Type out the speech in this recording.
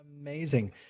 Amazing